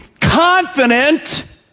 confident